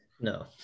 No